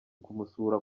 kumusura